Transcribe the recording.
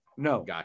No